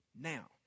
Now